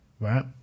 right